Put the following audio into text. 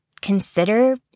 consider